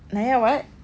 narya what